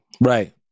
right